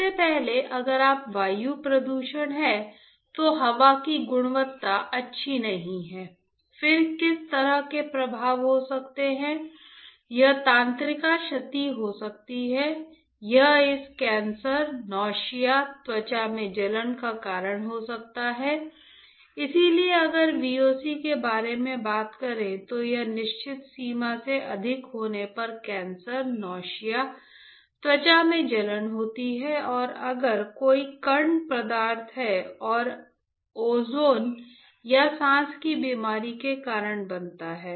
सबसे पहले अगर वायु प्रदूषण है तो हवा की गुणवत्ता अच्छी नहीं है फिर किस तरह के प्रभाव हो सकते हैं यह तंत्रिका क्षति हो सकती है यह इस कैंसर नौसिया त्वचा में जलन होती है अगर कोई कण पदार्थ है और ओजोन यह सांस की बीमारी का कारण बनता है